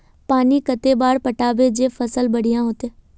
पानी कते बार पटाबे जे फसल बढ़िया होते?